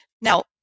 Now